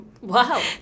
Wow